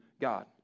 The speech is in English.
God